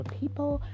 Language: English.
people